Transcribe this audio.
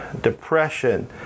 depression